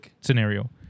scenario